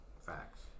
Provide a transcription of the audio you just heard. Facts